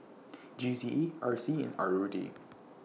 G C E R C and R O D